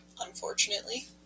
Unfortunately